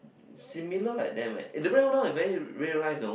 similar like them eh the brand one now very real life know